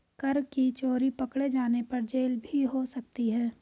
कर की चोरी पकडे़ जाने पर जेल भी हो सकती है